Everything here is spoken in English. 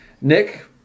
Nick